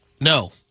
No